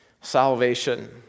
salvation